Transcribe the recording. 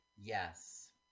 Yes